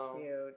cute